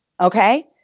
okay